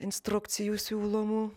instrukcijų siūlomų